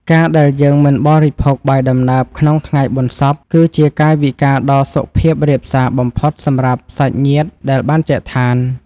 ការណ៍ដែលយើងមិនបរិភោគបាយដំណើបក្នុងថ្ងៃបុណ្យសព គឺជាកាយវិការដ៏សុភាពរាបសារបំផុតសម្រាប់សាច់ញាតិដែលបានចែកឋាន។